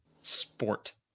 Sport